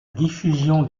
diffusion